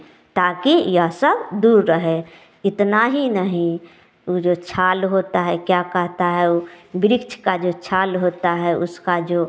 ताकि यह सब दूर रहे इतना ही नहीं वह जो छाल होता है क्या कहता है वह वृक्ष का जो छाल होता है उसका जो